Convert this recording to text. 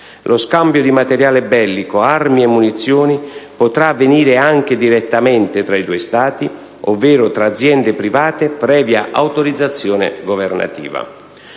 Lo scambio di materiale bellico (armi e munizioni) potrà avvenire anche direttamente tra i due Stati ovvero tra aziende private previa autorizzazione governativa.